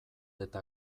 eta